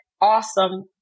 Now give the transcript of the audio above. awesome